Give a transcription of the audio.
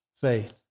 faith